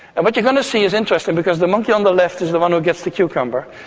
and what you're going to see is interesting because the monkey on the left is the one who gets the cucumber.